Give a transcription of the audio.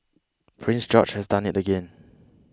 Prince George has done it again